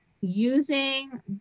using